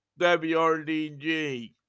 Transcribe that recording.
wrdg